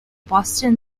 boston